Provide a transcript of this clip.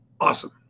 Awesome